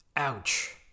Ouch